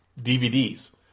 DVDs